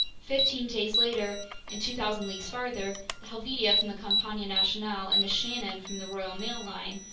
fifteen days later and two thousand leagues farther, the helvetia from the compagnie nationale and the shannon from the royal mail line,